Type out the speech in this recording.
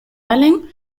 allen